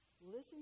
Listen